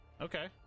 okay